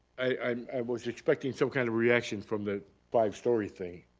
i was expecting some kind of reaction from the five story thing.